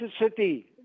City